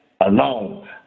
alone